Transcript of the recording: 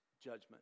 judgment